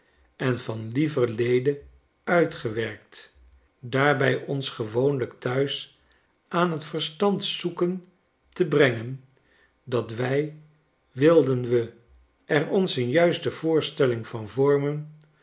en vanlieverlede uitgewerkt daarbij ons gewoonlik thuis aan t verstand zoeken te brengen dat wij wilden we er ons een juiste voorstelling van vormen